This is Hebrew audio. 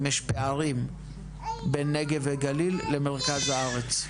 האם יש פערים בין נגב וגליל למרכז הארץ?